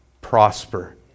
prosper